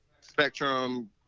Spectrum